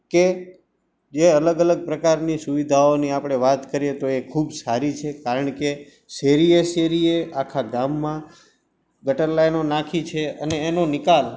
કે જે અલગ અલગ પ્રકારની સુવિધાઓની આપણે વાત કરીએ તો એ ખૂબ સારી છે કારણ કે શેરીએ શેરીએ આખા ગામમાં ગટર લાઈનો નાખી છે અને એનો નિકાલ